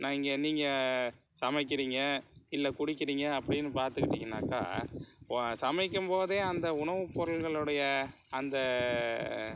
நான் இங்கே நீங்க சமைக்கிறீங்க இல்லை குடிக்கிறீங்க அப்படின்னு பார்த்துக்கிட்டிங்கனாக்கா சமைக்கும்போதே அந்த உணவு பொருள்களோடைய அந்த